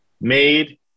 made